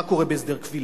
הרי מה קורה בהסדר כבילה?